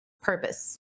Purpose